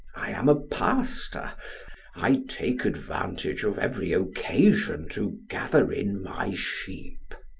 i am a pastor i take advantage of every occasion to gather in my sheep.